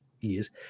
years